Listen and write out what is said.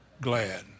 glad